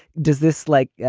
does this like,